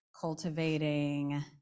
cultivating